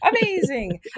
amazing